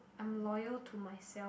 I'm loyal to myself